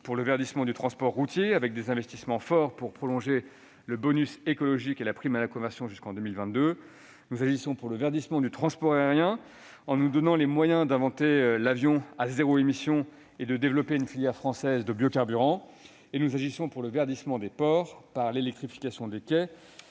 pour le verdissement du transport routier, avec des investissements forts pour prolonger le bonus écologique et la prime à la conversion jusqu'en 2022. Nous agissons pour le verdissement du transport aérien, en nous donnant les moyens d'inventer l'avion à zéro émission et de développer une filière française de biocarburants. Nous agissons pour le verdissement des ports, par l'électrification des quais,